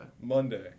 Monday